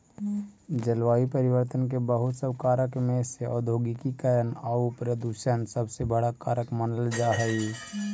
जलवायु परिवर्तन के बहुत सब कारक में से औद्योगिकीकरण आउ प्रदूषण सबसे बड़ा कारक मानल जा हई